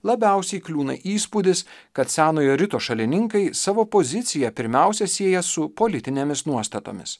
labiausiai kliūna įspūdis kad senojo rito šalininkai savo poziciją pirmiausia sieja su politinėmis nuostatomis